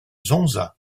zonza